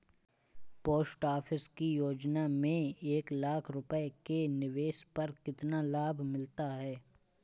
Post office की योजना में एक लाख रूपए के निवेश पर कितना लाभ मिलता है?